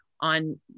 on